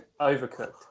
Overcooked